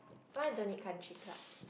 why you donate country club